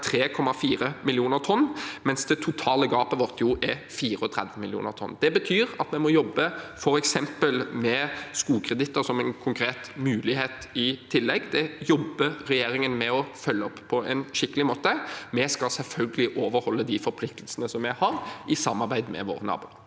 3,4 millioner tonn, mens det totale gapet vårt er 34 millioner tonn. Det betyr at vi må jobbe f.eks. med skogkreditter som en konkret mulighet i tillegg. Det jobber regjeringen med å følge opp på en skikkelig måte. Vi skal selvfølgelig overholde de forpliktelsene vi har, i samarbeid med våre naboer.